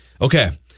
Okay